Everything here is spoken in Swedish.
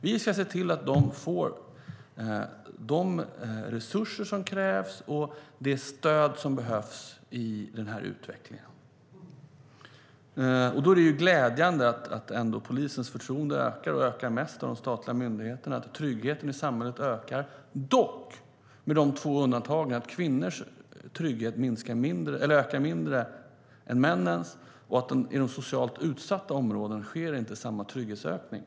Vi ska se till att de får de resurser som krävs och det stöd som behövs i den här utvecklingen. Då är det glädjande att polisens förtroende ändå ökar och ökar mest av de statliga myndigheterna, att tryggheten i samhället ökar, dock med de två undantagen att kvinnors trygghet ökar mindre än männens och att det i de socialt utsatta områdena inte sker samma trygghetsökning.